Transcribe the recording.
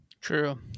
True